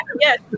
Yes